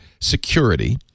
SECURITY